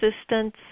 assistance